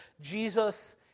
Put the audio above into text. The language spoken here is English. Jesus